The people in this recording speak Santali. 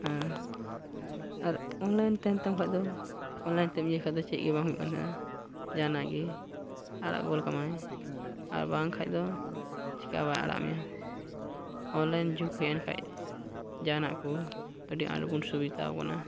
ᱟᱨ ᱟᱨ ᱚᱱᱞᱟᱭᱤᱱ ᱛᱟᱦᱮᱱ ᱛᱟᱢ ᱠᱷᱟᱱ ᱫᱚ ᱚᱱᱞᱟᱭᱤᱱ ᱛᱮᱢ ᱤᱭᱟᱹᱭ ᱠᱷᱟᱡ ᱫᱚ ᱪᱮᱫᱜᱮ ᱵᱟᱝ ᱦᱩᱭᱩᱜ ᱠᱟᱱ ᱛᱟᱦᱮᱱᱟ ᱡᱟᱦᱟᱱᱟᱜ ᱜᱮ ᱟᱨ ᱚᱞ ᱠᱟᱢᱟᱭ ᱟᱨ ᱵᱟᱝᱠᱷᱟᱡ ᱫᱚ ᱪᱤᱠᱟᱹ ᱵᱟᱭ ᱟᱲᱟᱜ ᱠᱟᱢᱟ ᱚᱱᱞᱟᱭᱤᱱ ᱡᱩᱜᱽ ᱦᱮᱡᱼᱮᱱ ᱠᱷᱟᱡ ᱡᱟᱦᱟᱱᱟᱜ ᱠᱚ ᱟᱹᱰᱤ ᱟᱸᱴᱵᱚᱱ ᱥᱩᱵᱤᱫᱷᱟ ᱠᱟᱱᱟ